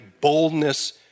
boldness